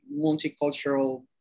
multicultural